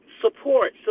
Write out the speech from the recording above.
Support